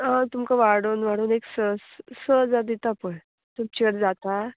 आं तुमकां वाडोवन वाडोन एक स स हजार दिता पळय तूं चड जाता